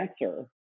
answer